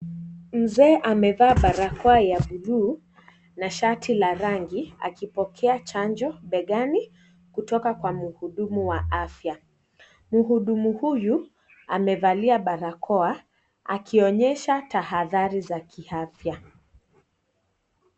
Mzee amevaa barakoa ya buluu na shati la rangi, akipokea chanjo begani, kutoka kwa mhudumu wa afya. Mhudumu huyu, amevalia barakoa akionyesha tahadhari za kiafya.